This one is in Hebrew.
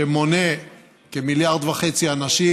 שמונה כמיליארד וחצי אנשים,